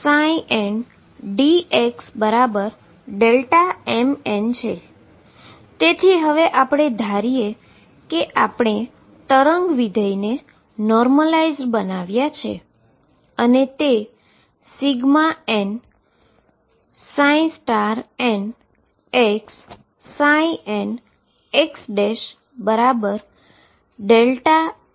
તેથીઆપણે હવે ધારીએ કે આપણે વેવ ફંક્શનને નોર્મલાઈઝ બનાવ્યા છે અને તે nnxnxδx x છે